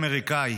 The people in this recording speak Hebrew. אמריקאי,